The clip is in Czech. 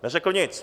Neřekl nic.